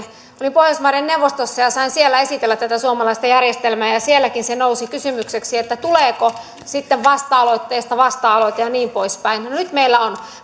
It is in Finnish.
olin pohjoismaiden neuvostossa ja sain siellä esitellä tätä suomalaista järjestelmää ja ja sielläkin se nousi kysymykseksi että tuleeko sitten vasta aloitteesta vasta aloite ja niin poispäin no nyt meillä on